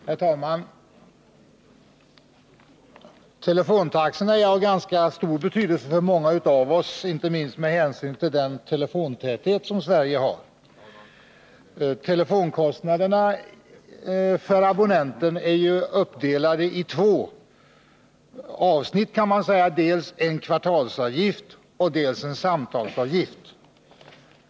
Herr talman! Telefontaxorna är av ganska stor betydelse för många av oss, inte minst med hänsyn till den telefontäthet som Sverige har. Telefonkostnaderna för abonnenten är uppdelade i två avsnitt, dels en kvartalsavgift och dels en samtalsavgift.